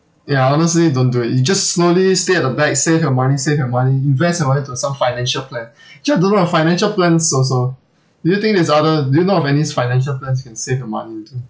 ya honestly don't do it you just slowly stay at the back save your money save your money invest your money into some financial plan actually I don't know about financial plans also do you think there's other do you know of anys financial plans you can save your money into